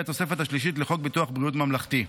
התוספת השלישית לחוק ביטוח בריאות ממלכתי.